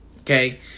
Okay